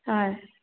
হয়